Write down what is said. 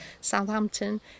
Southampton